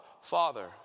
Father